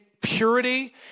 purity